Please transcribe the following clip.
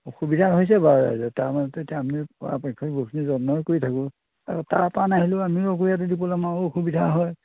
অসুবিধা হৈছে বাৰু ৰাইজৰ তাৰ মাজতে এতিয়া আমি পাৰাপক্ষত বহুতখিনি যত্নই কৰি থাকোঁ আৰু তাৰপৰা নাহিলেও আমিও একো ইয়াতো দিব নোৱাৰোঁ অসুবিধা হয়